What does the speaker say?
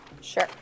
Sure